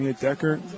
Decker